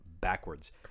backwards